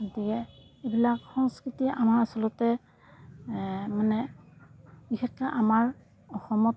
গতিকে এইবিলাক সংস্কৃতি আমাৰ আচলতে মানে বিশেষকৈ আমাৰ অসমত